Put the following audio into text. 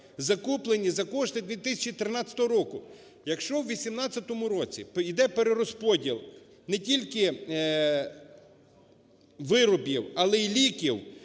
закуплені за кошти 2013 року. Якщо у 2018 році іде перерозподіл не тільки виробів, але і ліків,